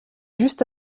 juste